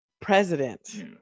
president